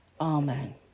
Amen